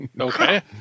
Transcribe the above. Okay